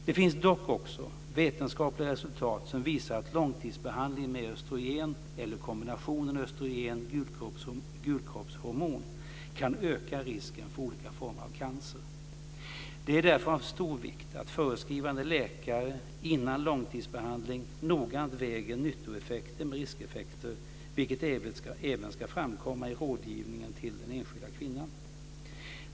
Det finns dock också vetenskapliga resultat som visar att långtidsbehandling med östrogen eller kombinationen av östrogen och gulkroppshormon kan öka risken för olika former av cancer. Det är därför av stor vikt att förskrivande läkare före långtidsbehandling noggrant väger nyttoeffekter mot riskeffekter, vilket även ska framkomma i rådgivningen till den enskilda kvinnan.